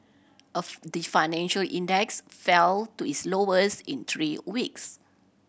of the financial index fell to its lowest in three weeks